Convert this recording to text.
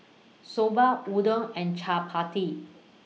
Soba Udon and Chaat Papri